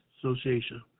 Association